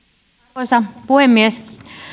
arvoisa puhemies